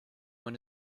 one